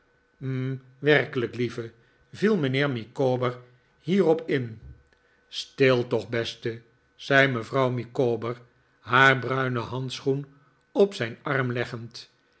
hm werkelijk lieve viel mijnheer micawber hierop in stil toch beste zei mevrouw micawber haar bruinen handschoen op zijn arm leggend